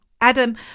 Adam